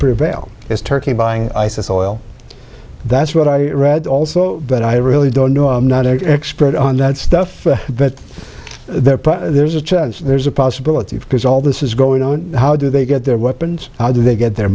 prevail is turkey buying isis oil that's what i read also but i really don't know i'm not an expert on that stuff but there are there's a chance there's a possibility of because all this is going on how do they get their weapons how do they get their